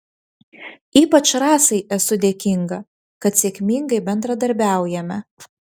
ypač rasai esu dėkinga kad sėkmingai bendradarbiaujame